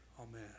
Amen